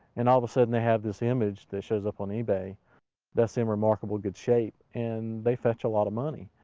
and all of a sudden they have this image that shows up on ebay that's in remarkable good shape, and they fetch a lot of money.